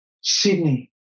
Sydney